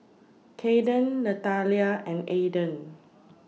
Caiden Nathalia and Ayden